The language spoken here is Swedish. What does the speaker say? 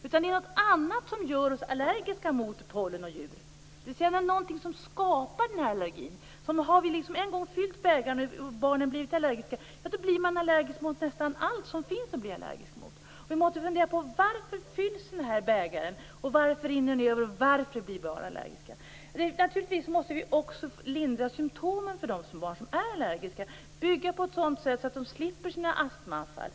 Det är någonting annat som gör oss allergiska mot pollen och djur. Det är någonting som skapar denna allergi. Har man en gång fyllt bägaren så att barnen blivit allergiska blir de allergiska mot nästan allt som finns att bli allergisk mot. Vi måste fundera: Varför fylls bägaren? Varför rinner den över? Varför blir barnen allergiska? Naturligtvis måste vi också lindra symtomen för de barn som är allergiska och bygga på ett sådant sätt att de slipper sina astmaanfall.